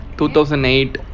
2008